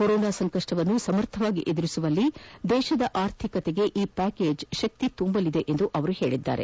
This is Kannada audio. ಕೊರೋನಾ ಸಂಕಪ್ಸವನ್ನು ಸಮರ್ಥವಾಗಿ ಎದುರಿಸುವಲ್ಲಿ ದೇಶದ ಆರ್ಥಿಕತೆಗೆ ಈ ಪ್ಯಾಕೇಜ್ ಶಕ್ತಿ ತುಂಬಲಿದೆ ಎಂದು ಅವರು ಹೇಳಿದ್ದಾರೆ